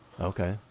Okay